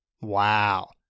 wow